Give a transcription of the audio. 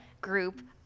group